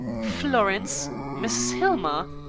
florence! mrs. hillmer!